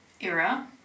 era